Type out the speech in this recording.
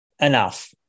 enough